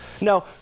Now